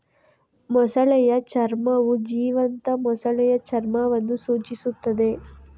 ಮೊಸಳೆಯ ಚರ್ಮವು ಜೀವಂತ ಮೊಸಳೆಯ ಚರ್ಮವನ್ನು ಸೂಚಿಸುತ್ತದೆ